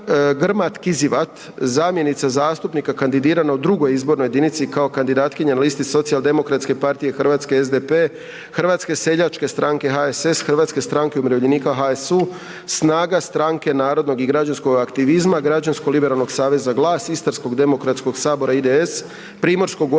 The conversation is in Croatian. Grmat Kizivat, zamjenica zastupnika kandidirana u 2. izbornoj jedinici kao kandidatkinja na listi Socijaldemokratske partije Hrvatske, SDP, Hrvatske seljačke stranke, HSS, Hrvatske stranke umirovljenika, HSU, SNAGA, Stranke narodnog i građanskog aktivizma, Građansko liberalnog saveza, GLAS, Istarskog demokratskog sabora, IDS, Primorsko